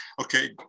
okay